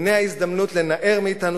הנה ההזדמנות לנער מאתנו,